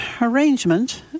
arrangement